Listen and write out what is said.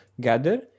gather